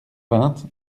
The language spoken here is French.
vingt